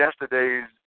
yesterday's